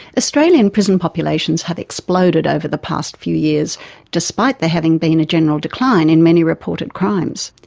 australian prison populations have exploded over the past few years despite there having been a general decline in many reported crimes.